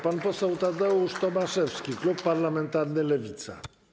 Pan poseł Tadeusz Tomaszewski, klub parlamentarny Lewica.